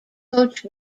coach